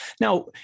Now